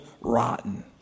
rotten